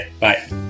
Bye